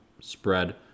spread